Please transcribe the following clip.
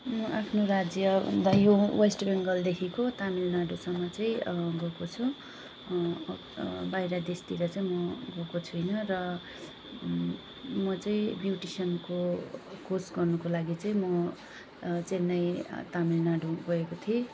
म आफ्नो राज्यभन्दा यो वेस्ट बङ्गालदेखिको तामिलनाडूसम्म चाहिँ गएको छु बाहिर देशतिर चाहिँ म गएको छुइनँ र म चाहिँ ब्युटिसियन र कोर्स गर्नुको लागि चाहिँ म चेन्नई तामिलनाडू गएको थिएँ